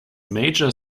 major